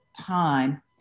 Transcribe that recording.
time